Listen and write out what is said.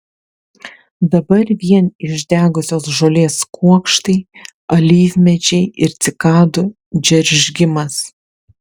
dabar vien išdegusios žolės kuokštai alyvmedžiai ir cikadų džeržgimas